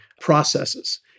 processes